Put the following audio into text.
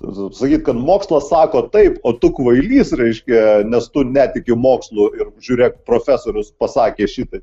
sakyt kad mokslas sako taip o tu kvailys raiškia nes tu netiki mokslu ir žiūrėk profesorius pasakė šitaip